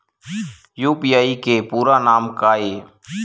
UPI के पूरा नाम का ये?